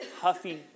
Huffy